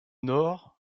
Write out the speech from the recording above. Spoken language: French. nord